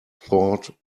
thought